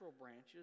branches